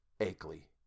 Akeley